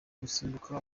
gusimbuka